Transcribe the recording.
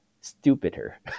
stupider